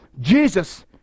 Jesus